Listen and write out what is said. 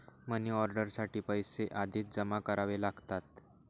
money order साठी पैसे आधीच जमा करावे लागतात